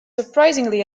surprisingly